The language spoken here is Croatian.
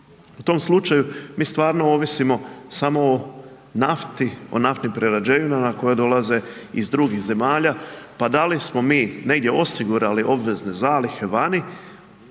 U tom slučaju mi stvarno ovisimo samo o nafti, o naftnim prerađevinama koje dolaze iz drugih zemalja, pa da li smo mi negdje osigurali obvezne zalihe vani